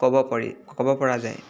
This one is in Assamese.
ক'ব পাৰি ক'ব পৰা যায়